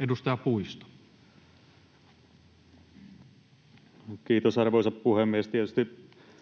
Edustaja Puisto. Kiitos, arvoisa puhemies! Tietysti